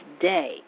Day